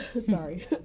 sorry